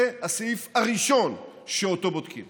זה הסעיף הראשון שאותו בודקים